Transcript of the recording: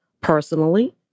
personally